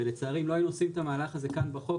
ולצערי אם לא היו עושים את המהלך הזה כאן בחוק,